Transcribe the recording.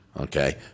okay